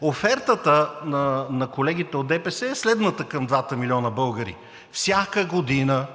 офертата на колегите от ДПС е следната към двата милиона българи: „Всяка година